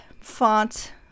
font